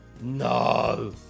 no